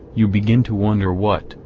you begin to wonder what,